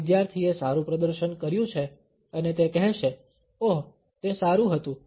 આ વિદ્યાર્થીએ સારું પ્રદર્શન કર્યું છે અને તે કહેશે ઓહ તે સારું હતું